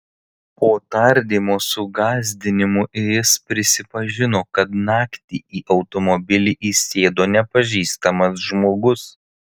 po tardymo su gąsdinimų jis prisipažino kad naktį į automobilį įsėdo nepažįstamas žmogus